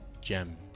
gem